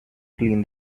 clean